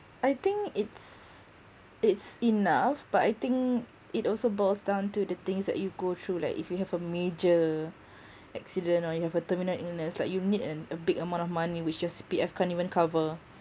I think it's it's enough but I think it also boils down to the things that you go through like if you have a major accident or you have a terminal illness like you need an a big amount of money which your C_P_F can't even cover